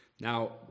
Now